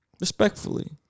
respectfully